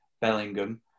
Bellingham